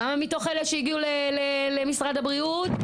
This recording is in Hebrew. כמה מתוך אלה שהגיעו למשרד הבריאות,